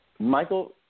Michael